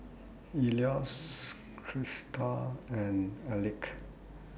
Eloise Christa and Elick